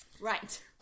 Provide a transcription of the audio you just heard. Right